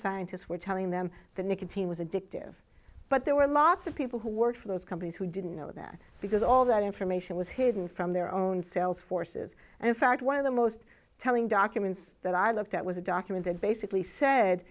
scientists were telling them that nicotine was addictive but there were lots of people who work for those companies who didn't know that because all that information was hidden from their own sales forces and in fact one of the most telling documents that i looked at was a document that basically said